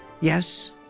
Yes